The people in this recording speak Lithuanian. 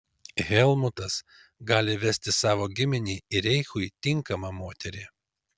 helmutas gali vesti savo giminei ir reichui tinkamą moterį